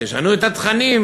תשנו את התכנים,